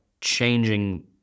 changing